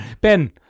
Ben